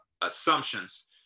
assumptions